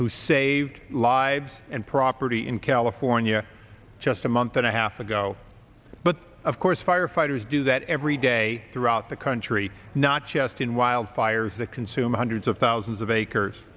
who saved lives and property in california just a month and a half ago but of course firefighters do that every day throughout the country not just in wildfires that consume hundreds of thousands of acres